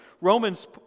Romans